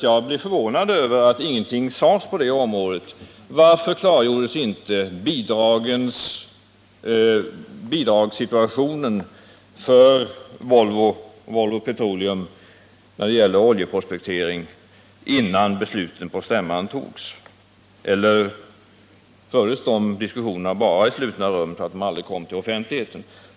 Jag blev förvånad över att ingenting sades på detta område och jag vill därför fråga: Varför klargjordes inte bidragssituationen när det gäller oljeprospektering för Volvo och Volvo Petroleum, innan beslut fattades på bolagsstämman? Eller fördes de diskussionerna bara i slutna rum så att de aldrig kom till offentligheten?